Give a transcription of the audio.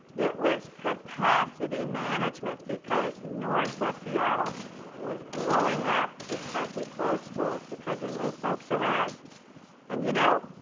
it was capacity management because northwest seattle was blowing up because we closed schools because we moved folks around and you know